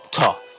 talk